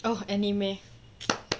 oh anime